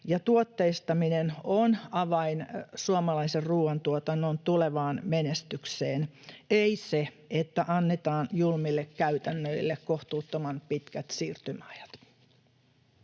tuotteistaminen ovat avain suomalaisen ruuantuotannon tulevaan menestykseen — ei se, että annetaan julmille käytännöille kohtuuttoman pitkät siirtymäajat.